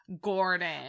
gordon